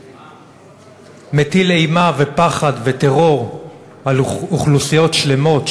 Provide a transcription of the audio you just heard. שמטיל אימה ופחד וטרור על אוכלוסיות שלמות,